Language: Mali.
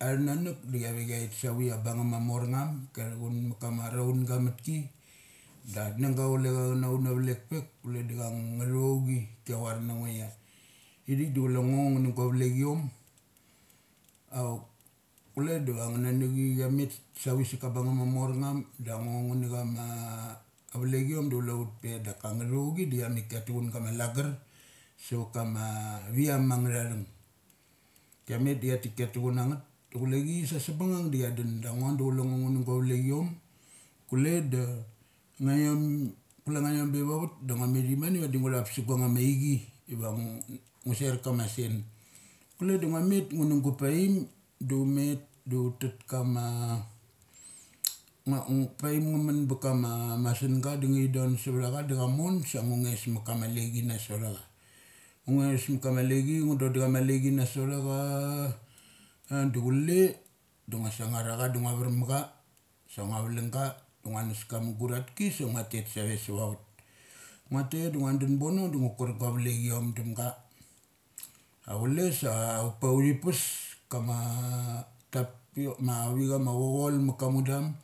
atha nanuk da chia ve chia thet sa vi ia bungngum mamor ngum, kia thu chun ma kama araun ga mut ki sa naung ga chule cha chana una vlek pek. Kule da angnga tho chi kiavar nango ia, ithik da chule ngo ngu nugna vlikom auk kule da acha nanachi chia met sa vi sa ka kung ngum ma morngum, da ngo ngun chama avlechiom du chule ut pe daka nguthouchi da chia met kia tuchungama lagar sava kama viam angnga tha thung. Kia met da chia tik kia tuchun na ngeth sa chule chi sa sabang ngurg da chia dun. Dango du chule ngo ngu nu guavikiom. Kule da ngaiom kule ngaiom beva vat, da ngua methi mane vadi ngua thup sa guang nga cha ma aichi, diva ngu nguser kama sen. Kule da ngua met ngunugu paim du un met dun dat kama ma paim nga mun ba kama masunga da ngathi don suvtha chada cha mon sangu nges ma kama lechi na sotha cha. Nges ma kama lechi, ngu do da chama lechi na sa ach ia du chule, du ngua sangngar acha da nguaver ma cha. Sang ngu valung ga sa ngua nuska muguratki sa ngua tet sa ve sava vet. Nguatet da ngua dun bono da ngu kur guavlekiom damga. Achule sa upe uthi pes kama tapiok ma, chavi chama cha chol maka mundam.